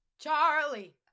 charlie